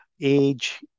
age